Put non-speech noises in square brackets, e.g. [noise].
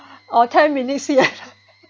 [breath] oh ten minutes yet [laughs]